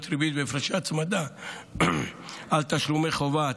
(ריבית והפרשי הצמדה על תשלומי חובה),